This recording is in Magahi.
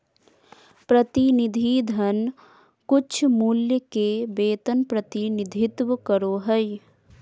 प्रतिनिधि धन कुछमूल्य के वेतन प्रतिनिधित्व करो हइ